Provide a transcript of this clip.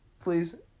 please